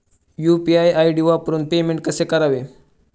UPI ID वापरून कसे payment करावे?